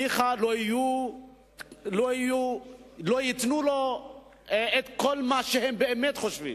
ניחא, לא ייתנו לו את כל מה שהם באמת חושבים.